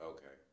Okay